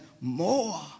more